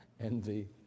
Envy